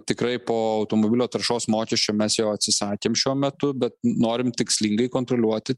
tikrai po automobilio taršos mokesčio mes jo atsisakėm šiuo metu bet norim tikslingai kontroliuoti